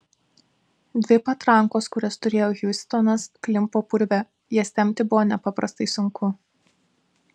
dvi patrankos kurias turėjo hiustonas klimpo purve jas tempti buvo nepaprastai sunku